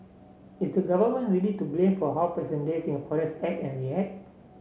is the Government really to blame for how present day Singaporeans act and react